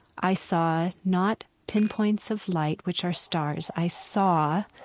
i saw not pinpoints of light, which are stars. i saw